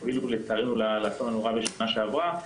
שלצערנו הובילו לאסון הנורא בשנה שעברה,